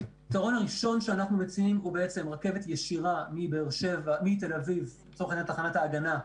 הפתרון הראשון הוא רכבת ישירה מתל אביב לבאר שבע.